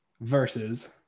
versus